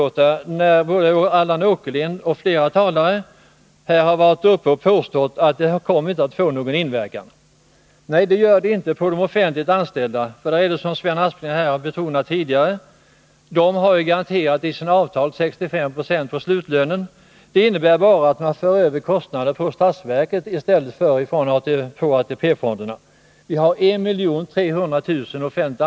Men när Allan Åkerlind och flera andra talare här påstår att de av regeringen föreslagna reglerna för beräkning av basbeloppet inte kommer att få någon inverkan på pensionerna, vill jag ändå säga några ord om detta. Det är riktigt att basbeloppet inte betyder någonting för de offentliganställdas pensioner. De offentliganställda har ju, som Sven Aspling betonade här tidigare i dag, i sina avtal garantier för att pensionen skall uppgå till 65 96 av slutlönen.